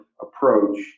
approach